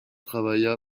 travailla